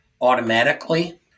automatically